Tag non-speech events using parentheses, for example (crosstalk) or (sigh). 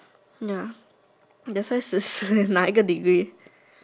ya that's why (noise) 拿一个 degree